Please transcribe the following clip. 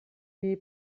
die